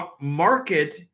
market